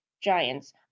Giants